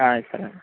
సరే అండి